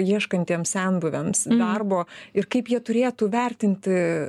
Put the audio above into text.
ieškantiems senbuviams darbo ir kaip jie turėtų vertinti